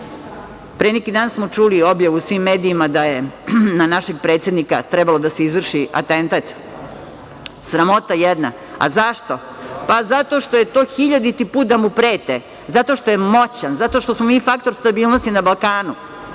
neki dan smo čuli objavu u svim medijima da je na našeg predsednika trebalo da se izvrši atentat. Sramota jedna. Zašto? Pa zato što je to hiljaditi put da mu prete. Zato što je moćan, zato što smo mi faktor stabilnosti na Balkanu,